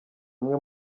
amwe